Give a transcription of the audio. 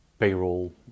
Payroll